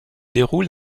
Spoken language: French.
déroule